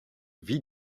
vit